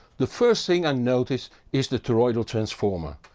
the first thing i notice is the toroidal transformer,